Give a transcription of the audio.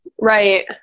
right